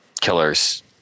killers